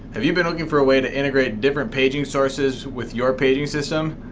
have you been looking for a way to integrate different paging sources with your paging system?